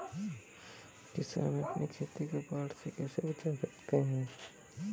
किसान अपनी खेती को बाढ़ से कैसे बचा सकते हैं?